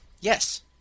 Yes